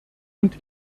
und